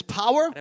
power